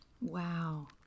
Wow